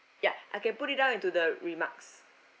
yeah I can put it down into the remarks